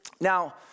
now